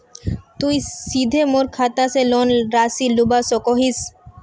तुई सीधे मोर खाता से लोन राशि लुबा सकोहिस?